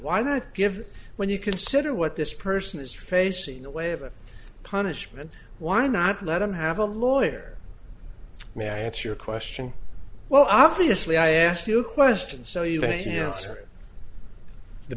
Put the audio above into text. why not give when you consider what this person is facing the way of a punishment why not let him have a lawyer may i answer your question well obviously i asked you a question so you know